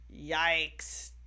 Yikes